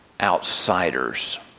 outsiders